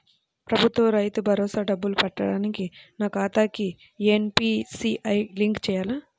ప్రభుత్వ రైతు భరోసా డబ్బులు పడటానికి నా ఖాతాకి ఎన్.పీ.సి.ఐ లింక్ చేయాలా?